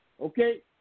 Okay